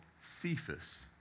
Cephas